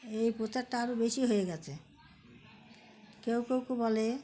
এই প্রচারটা আরও বেশি হয়ে গিয়েছে কেউ কেউ বলে